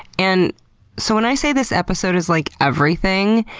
and so when i say this episode is like everything.